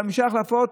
חמש החלפות,